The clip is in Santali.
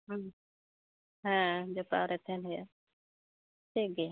ᱦᱩᱸ ᱦᱮᱸ ᱡᱚᱛᱚᱣᱟᱜ ᱨᱮ ᱛᱟᱦᱮᱱ ᱦᱩᱭᱩᱜᱼᱟ ᱴᱷᱤᱠ ᱜᱮᱭᱟ